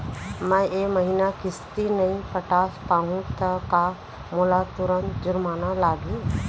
मैं ए महीना किस्ती नई पटा पाहू त का मोला तुरंत जुर्माना लागही?